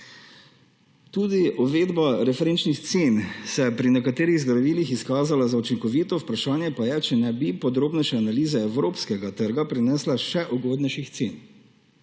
Tudi uvedba referenčnih cen se je pri nekaterih zdravilih izkazala za učinkovito, vprašanje pa je, če ne bi podrobnejše analize evropskega trga prinesle še ugodnejših cen.